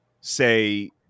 say